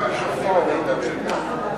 גם על, מדבר ככה.